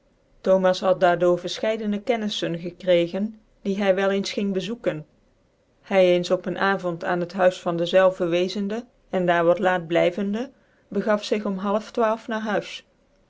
thomas hr d daar doof verfchcidc kenniflen gekreegen die hy wel eens ging bezoeken hy eens op ccn avond aan het huis van dezelve wetende cn daarwatlaatblyvcr de begaf zig om half twaalf na huis